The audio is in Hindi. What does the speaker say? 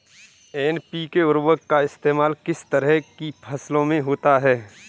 एन.पी.के उर्वरक का इस्तेमाल किस तरह की फसलों में होता है?